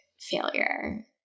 failure